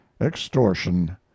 extortion